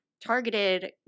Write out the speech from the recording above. targeted